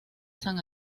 san